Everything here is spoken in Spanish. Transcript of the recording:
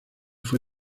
fue